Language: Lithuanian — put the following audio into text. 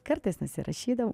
kartais nusirašydavau